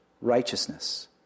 righteousness